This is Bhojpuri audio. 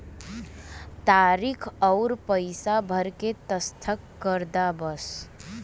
तारीक अउर पइसा भर के दस्खत कर दा बस